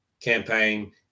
campaign